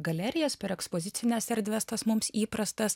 galerijas per ekspozicines erdves tos mums įprastas